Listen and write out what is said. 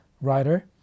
writer